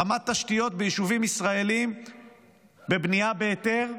רמת תשתיות ביישובים ישראליים בבנייה בהיתר,